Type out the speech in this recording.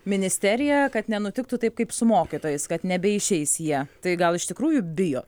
ministeriją kad nenutiktų taip kaip su mokytojais kad nebeišeis jie tai gal iš tikrųjų bijo